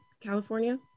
California